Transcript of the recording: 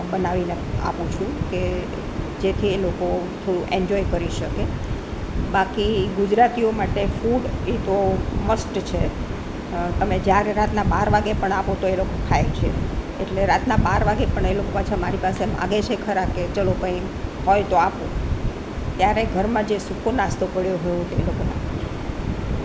બનાવીને આપું છું કે જેથી એ લોકો થોડું એન્જોય કરી શકે બાકી ગુજરાતીઓ માટે ફૂડ એ તો મસ્ટ છે તમે જ્યારે રાતના બાર વાગ્યે પણ આપો તો એ લોકો ખાય છે એટલે રાતના બાર વાગે પણ એ લોકો પાછા મારી પાસે માંગે છે ખરા કે ચાલો કંઇ હોય તો આપો ત્યારે ઘરમાં જે સૂકો નાસ્તો પડ્યો હોય તે લોકોને